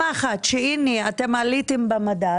משמחת, שהנה, אתם עליתם במדד.